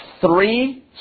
three